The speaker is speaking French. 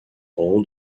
temps